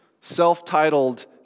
self-titled